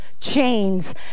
chains